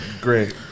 great